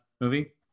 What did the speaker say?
movie